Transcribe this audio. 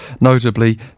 notably